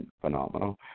phenomenal